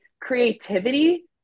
creativity